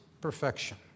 perfection